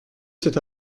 cet